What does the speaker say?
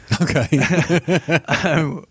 Okay